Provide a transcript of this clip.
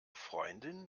freundin